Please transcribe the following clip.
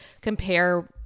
compare